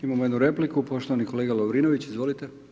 Imamo jednu repliku, poštovani kolega Lovrinović, izvolite.